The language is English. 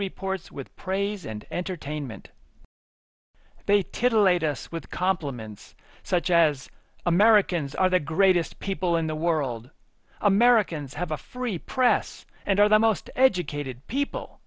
reports with praise and entertainment they titillate us with compliments such as americans are the greatest people in the world americans have a free press and are the most educated people